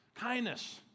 kindness